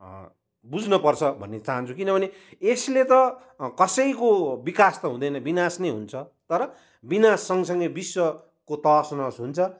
बुझ्नपर्छ भन्ने चाहन्छु किनभने यसले त कसैको विकास त हुँदैन विनाश नै हुन्छ तर विनाश सँगसँगै विश्वको तहसनहस हुन्छ